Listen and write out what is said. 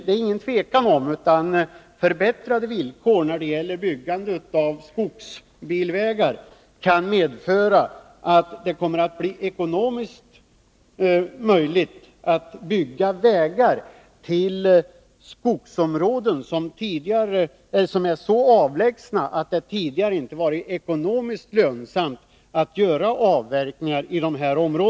Det är inget tvivel om att förbättrade villkor när det gäller byggande av skogsbilvägar kan medföra att det kommer att bli ekonomiskt möjligt att bygga vägar till skogsområden som är så avlägsna att det tidigare inte varit ekonomiskt lönsamt att göra avverkningar där.